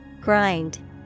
Grind